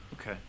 Okay